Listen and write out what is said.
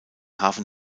hafen